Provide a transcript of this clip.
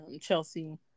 Chelsea